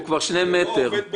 -- הוא לא עובד במכרה,